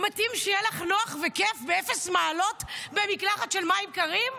מתאים שיהיה לך נוח וכיף באפס מעלות במקלחת של מים קרים?